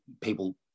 people